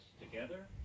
together